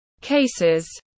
cases